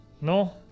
no